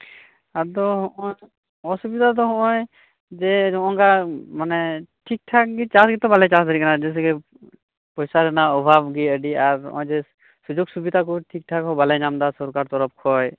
ᱟᱫᱚ ᱚᱥᱩᱵᱤᱫᱷᱟ ᱫᱚ ᱦᱚᱸᱜᱼᱚᱭ ᱡᱮ ᱦᱚᱸᱜᱼᱚᱭ ᱱᱚᱝᱠᱟ ᱴᱷᱤᱠᱼᱴᱷᱟᱠ ᱪᱟᱥ ᱜᱮᱛᱚ ᱵᱟᱞᱮ ᱪᱟᱥ ᱫᱟᱲᱮᱭᱟᱜ ᱠᱟᱱᱟ ᱡᱮᱭᱥᱮ ᱯᱚᱭᱥᱟ ᱠᱚ ᱞᱮ ᱚᱵᱷᱟᱵ ᱜᱮᱭᱟ ᱟᱹᱰᱤ ᱟᱸᱴ ᱥᱩᱡᱳᱜᱽ ᱥᱩᱵᱤᱫᱷᱟ ᱠᱚ ᱴᱷᱤᱠᱼᱴᱷᱟᱠ ᱦᱚᱸ ᱵᱟᱞᱮ ᱧᱟᱢᱮᱫᱟ ᱥᱚᱨᱠᱟᱨ ᱛᱚᱨᱚᱯᱷ ᱠᱷᱚᱡ